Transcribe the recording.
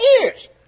years